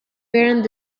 während